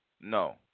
No